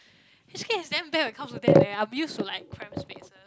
h_k is damn bad when it comes to that eh I'm used to like cramp spaces